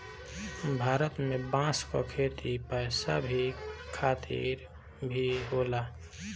भारत में बांस क खेती पैसा के खातिर भी होला